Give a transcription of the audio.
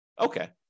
Okay